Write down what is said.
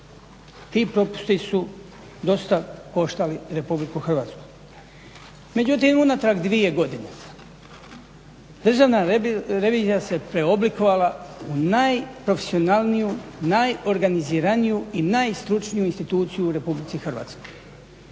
Ti propusti su dosta koštali Republiku Hrvatsku. Međutim, unatrag dvije godine Državna revizija se preoblikovala u najprofesionalniju, najorganiziraniju i najstručniju instituciju u RH. I danas